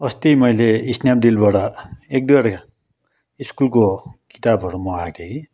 अस्ति मैले स्न्यापडिलबाट एक दुईवटा स्कुलको किताबहरू मगाएको थिएँ कि